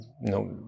no